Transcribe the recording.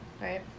right